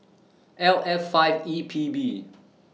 L F five E P B